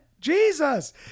Jesus